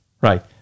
Right